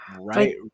right